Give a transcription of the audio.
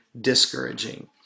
discouraging